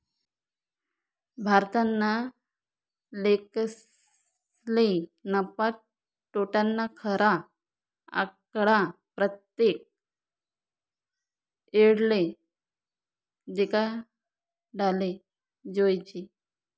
भारतना लेखकसले नफा, तोटाना खरा आकडा परतेक येळले देखाडाले जोयजे